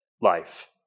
life